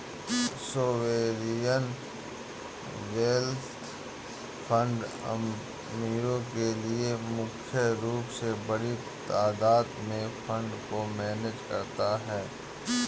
sovereign wealth fund अमीरो के लिए मुख्य रूप से बड़ी तादात में फंड को मैनेज करता है